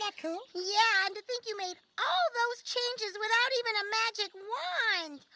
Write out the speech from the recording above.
yeah cool? yeah and to think you made all those changes without even a magic wand.